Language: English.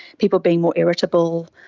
people being more irritable,